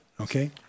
okay